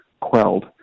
quelled